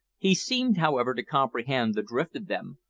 he seemed, however, to comprehend the drift of them,